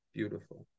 Beautiful